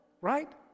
right